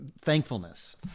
thankfulness